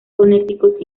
connecticut